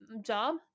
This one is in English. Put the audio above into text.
job